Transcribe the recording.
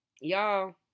Y'all